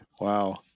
wow